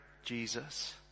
Jesus